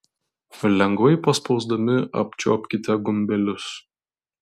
lengvai paspausdami apčiuopkite gumbelius